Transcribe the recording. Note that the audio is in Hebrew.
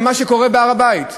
למה שקורה בהר-הבית.